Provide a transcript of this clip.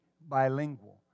bilingual